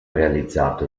realizzato